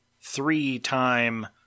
three-time